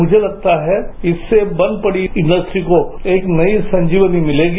मुझे लगता है इससेबंद पड़ी इन्डस्ट्री को एक नई संजीवनी मिलेगी